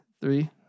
three